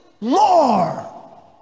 more